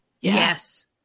Yes